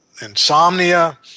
insomnia